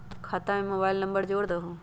खाता में mobile number जोड़ दहु?